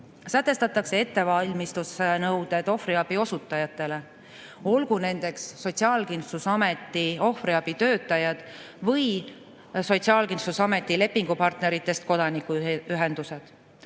Sätestatakse ettevalmistusnõuded ohvriabi osutajatele, olgu nendeks Sotsiaalkindlustusameti ohvriabitöötajad või Sotsiaalkindlustusameti lepingupartneritest kodanikuühendused.